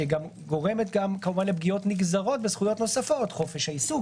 שגם גורמת כמובן לפגיעות נגזרות בזכויות נוספות: חופש העיסוק,